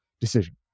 decision